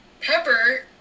Pepper